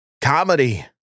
comedy